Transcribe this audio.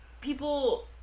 people